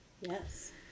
Yes